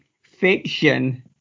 fiction